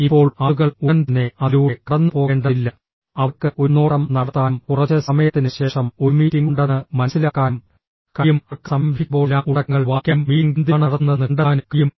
ഇപ്പോൾ ആളുകൾ ഉടൻ തന്നെ അതിലൂടെ കടന്നുപോകേണ്ടതില്ല അവർക്ക് ഒരു നോട്ടം നടത്താനും കുറച്ച് സമയത്തിന് ശേഷം ഒരു മീറ്റിംഗ് ഉണ്ടെന്ന് മനസിലാക്കാനും കഴിയും അവർക്ക് സമയം ലഭിക്കുമ്പോഴെല്ലാം ഉള്ളടക്കങ്ങൾ വായിക്കാനും മീറ്റിംഗ് എന്തിനാണ് നടത്തുന്നതെന്ന് കണ്ടെത്താനും കഴിയും